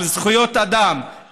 על זכויות אדם,